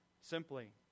Simply